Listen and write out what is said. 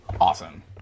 awesome